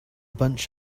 bunch